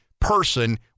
person